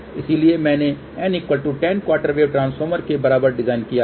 इसलिए मैंने n10 quarter wave transformer के बराबर डिजाइन किया था